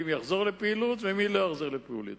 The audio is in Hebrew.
יחזור לפעילות ומי לא יחזור לפעילות.